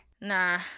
Nah